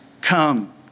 come